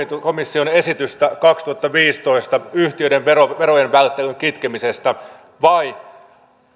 komission esitystä vuodelta kaksituhattaviisitoista yhtiöiden verojen välttelyn kitkemisestä vai